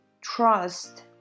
trust